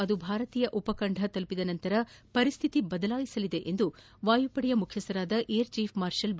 ಅದು ಭಾರತೀಯ ಉಪಖಂಡ ತಲುಪಿದ ನಂತರ ಪರಿಸ್ಥಿತಿ ಬದಲಾಯಿಸಲಿದೆ ಎಂದು ವಾಯುಪಡೆ ಮುಖ್ಯಸ್ಥ ಏರ್ಚೀಫ್ ಮಾರ್ಷಲ್ ಬಿ